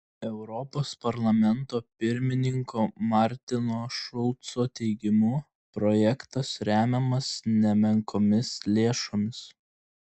europos parlamento pirmininko martino šulco teigimu projektas remiamas nemenkomis lėšomis